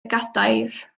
gadair